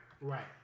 right